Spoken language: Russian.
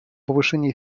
повышение